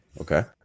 Okay